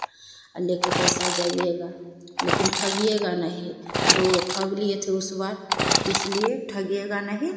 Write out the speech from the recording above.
आ लेकर पैसा जाईएगा लेकिन ठगिएगा नहीं जो ठग लिए थे उस बार इसलिए ठगिएगा नहीं